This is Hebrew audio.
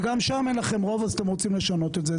וגם שם אין לכם רוב, אז אתם רוצים לשנות את זה.